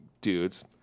dudes